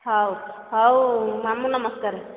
ହଉ ହଉ ମାମୁଁ ନମସ୍କାର